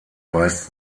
weist